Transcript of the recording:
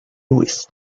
lewis